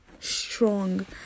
strong